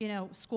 you know school